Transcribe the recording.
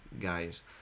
guys